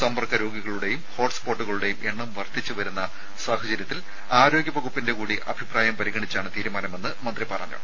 സമ്പർക്ക രോഗികളുടെയും ഹോട്ട്സ്പോട്ടുകളുടെയും എണ്ണം വർദ്ധിച്ചുവരുന്ന സാഹചര്യത്തിൽ ആരോഗ്യവകുപ്പിന്റെ കൂടി അഭിപ്രായം പരിഗണിച്ചാണ് തീരുമാനമെന്ന് മന്ത്രി പറഞ്ഞു